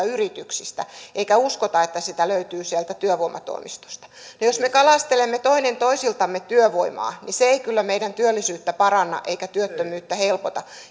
yrityksistä eikä uskota että sitä löytyy sieltä työvoimatoimistosta jos me kalastelemme toinen toisiltamme työvoimaa niin se ei kyllä meidän työllisyyttä paranna eikä työttömyyttä helpota